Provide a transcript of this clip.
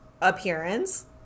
appearance